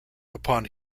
upon